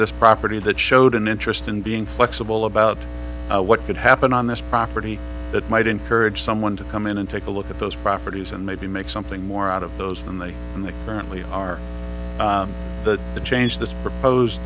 this property that showed an interest in being flexible about what could happen on this property that might encourage someone to come in and take a look at those properties and maybe make something more out of those than they are in the currently are that the change this proposed